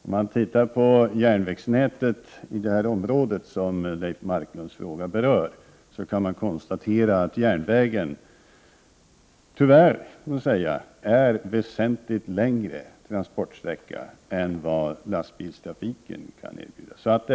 Om man tittar på järnvägsnätet i det område som Leif Marklunds fråga berör, så kan man konstatera att järnvägen tyvärr innebär en väsentligt längre transportsträcka än vad som kan erbjudas vid lastbilstrafik.